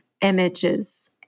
images